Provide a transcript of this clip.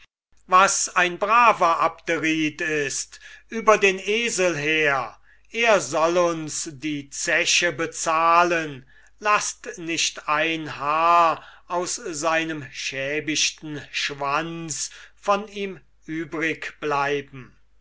was ein braver abderit ist über den esel her er soll uns die zeche bezahlen laßt nicht ein haar aus seinem schäbigten schwanz von ihm